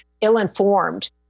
ill-informed